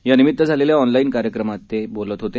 यानिमित झालेल्या ऑलनाईन कार्यक्रमात ते बोलत होते